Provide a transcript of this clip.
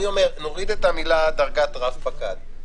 נוריד את המילה "דרגת רב פקד".